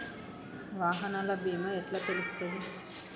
వాహనాల బీమా ఎట్ల తెలుస్తది?